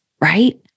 right